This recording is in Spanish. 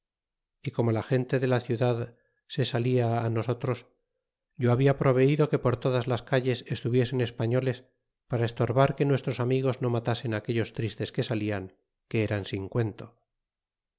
y como la gente de la ciudad se salta á nosotros a yo habla proveido que por todas las calles estuviesen esparto les para estorbar que nuestros amigos no matasen á aquellos a tristes que salian que eran